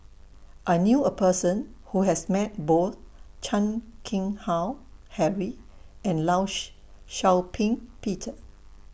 I knew A Person Who has Met Both Chan Keng Howe Harry and law She Shau Ping Peter